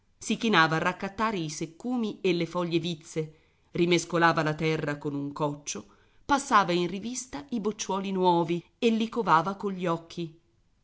si chinava a raccattare i seccumi e le foglie vizze rimescolava la terra con un coccio passava in rivista i bocciuoli nuovi e li covava cogli occhi